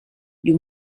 you